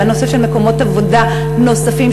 על הנושא של מקומות עבודה נוספים.